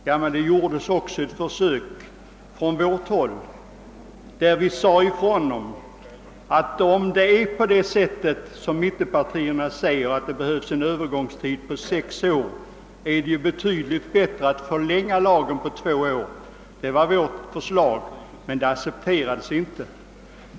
Ett sådant försök gjordes också från vårt håll, varvid vi sade ifrån, att om det skulle förhålla sig på det sätt som mittenpartierna påstod, nämligen att det skulle behövas en övergångstid på sex år, vore det betydligt bättre att förlänga hyresregleringslagens giltighet med två år och att ha en övergångstid på fyra år. Detta var vårt förslag, men det accepterades inte.